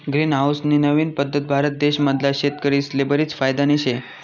green house नी नवीन पद्धत भारत देश मधला शेतकरीस्ले बरीच फायदानी शे